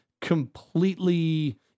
completely